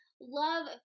love